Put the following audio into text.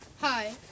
Hi